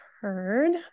heard